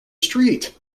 street